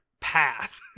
path